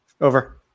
Over